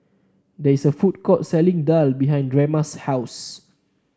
there is a food court selling daal behind Drema's house